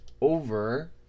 over